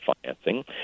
financing